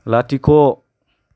लाथिख'